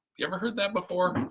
you ever heard that before?